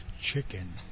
chicken